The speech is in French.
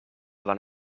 avant